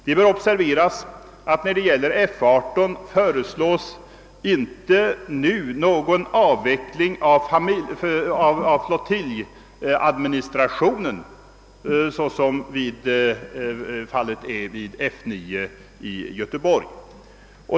Det bör observeras att för F 18 föreslås inte nu någon avveckling av flottiljadministrationen såsom fallet är för F 9 i Göteborg.